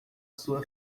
sua